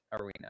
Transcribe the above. Arena